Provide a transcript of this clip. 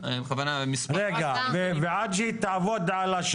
הרי מה קורה היום